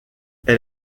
elle